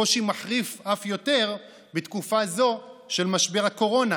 הקושי מחריף אף יותר בתקופה זו של משבר הקורונה